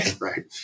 Right